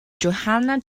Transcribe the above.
johanna